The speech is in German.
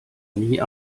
nie